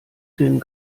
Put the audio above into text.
denn